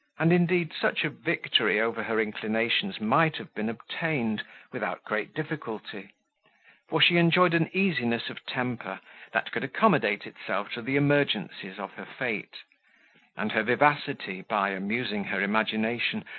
and indeed such a victory over her inclinations might have been obtained without great difficulty for she enjoyed an easiness of temper that could accommodate itself to the emergencies of her fate and her vivacity, by amusing her imagination,